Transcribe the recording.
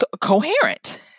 coherent